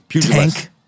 Tank